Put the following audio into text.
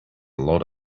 lot